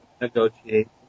negotiate